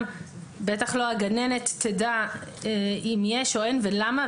בטח לא הגננת תדע אם יש או אין ולמה,